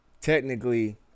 technically